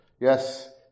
yes